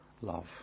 love